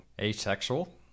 Asexual